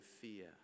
fear